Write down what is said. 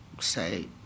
say